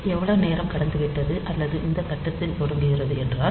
எவ்வளவு நேரம் கடந்துவிட்டது அல்லது இந்த கட்டத்தில் தொடங்குகிறது என்றால்